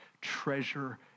Treasure